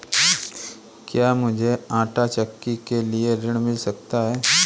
क्या मूझे आंटा चक्की के लिए ऋण मिल सकता है?